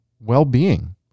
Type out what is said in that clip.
well-being